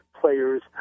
players